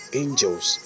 angels